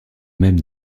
même